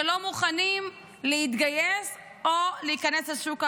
שלא מוכנים להתגייס או להיכנס לשוק העבודה.